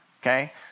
Okay